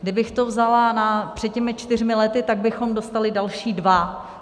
Kdybych to vzala před těmi čtyřmi lety, tak bychom dostali další dva.